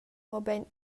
mobein